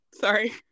Sorry